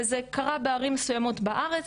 וזה קרה בערים מסוימות בארץ